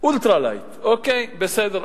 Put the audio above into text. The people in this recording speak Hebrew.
"אולטרה לייט", אוקיי, בסדר.